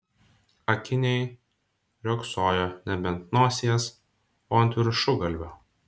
akiniai riogsojo nebe ant nosies o ant viršugalvio